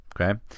okay